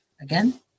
again